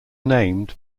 named